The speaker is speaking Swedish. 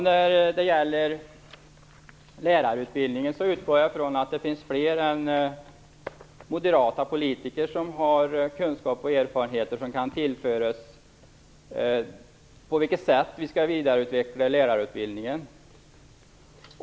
Herr talman! Jag utgår från att det finns fler än moderata politiker som har kunskap och erfarenheter som kan tillföras vad gäller på vilket sätt vi skall vidareutveckla lärarutbildningen.